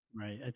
Right